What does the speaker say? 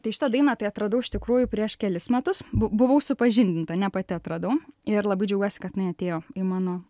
tai šitą dainą tai atradau iš tikrųjų prieš kelis metus bu buvau supažindinta ne pati atradau ir labai džiaugiuosi kad jinai atėjo į mano